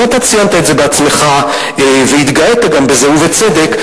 אתה ציינת את זה בעצמך וגם התגאית בזה ובצדק,